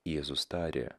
jėzus tarė